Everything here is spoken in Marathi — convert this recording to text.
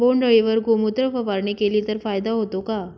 बोंडअळीवर गोमूत्र फवारणी केली तर फायदा होतो का?